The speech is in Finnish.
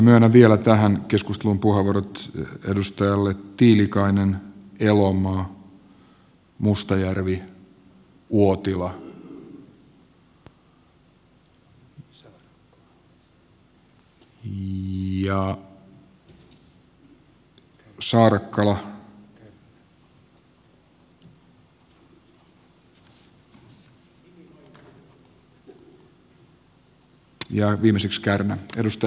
myönnän vielä tähän keskusteluun puheenvuorot edustajille tiilikainen elomaa mustajärvi uotila ja saarakkala ja viimeiseksi kärnä